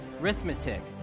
Arithmetic